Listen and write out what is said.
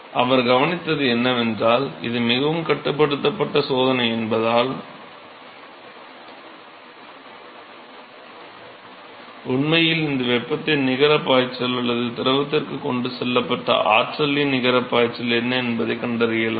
அவர் கவனித்தது என்னவென்றால் இது மிகவும் கட்டுப்படுத்தப்பட்ட சோதனை என்பதால் உண்மையில் இருந்த வெப்பத்தின் நிகரப் பாய்ச்சல் அல்லது திரவத்திற்குக் கொண்டு செல்லப்பட்ட ஆற்றலின் நிகரப் பாய்ச்சல் என்ன என்பதைக் கண்டறியலாம்